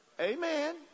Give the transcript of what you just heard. Amen